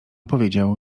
powiedział